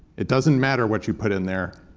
it doesn't matter what you put in there,